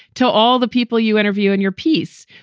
to all the people you interview in your piece.